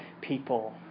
people